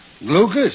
Lucas